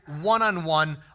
one-on-one